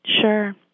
Sure